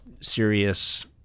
serious